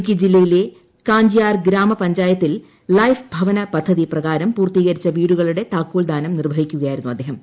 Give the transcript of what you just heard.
ഇടുക്കി ജില്പയിലെ കാഞ്ചിയാർ ഗ്രാമ്പ്പഞ്ചായത്തിൽ ലൈഫ് ഭവനപദ്ധതി പ്രകാരം പൂർത്തീകൃരിച്ചു ്വീടുകളുടെ താക്കോൽ ദാനം നിർവ്വഹിക്കുകയായിരുന്നും അദ്ദേഹം